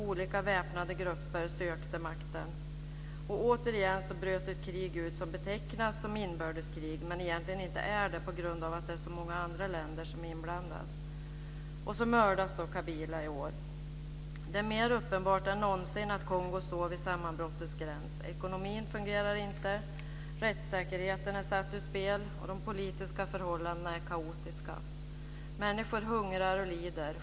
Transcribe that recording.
Olika väpnade grupper sökte makten. Återigen bröt ett krig ut som betecknas som ett inbördeskrig, men egentligen inte är det på grund av att det är så många andra länder som är inblandade. Så mördas Kabila i år. Det är mer uppenbart än någonsin att Kongo står vid sammanbrottets gräns. Ekonomin fungerar inte, rättssäkerheten är satt ur spel och de politiska förhållandena är kaotiska. Människor hungrar och lider.